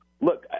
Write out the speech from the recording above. Look